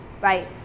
right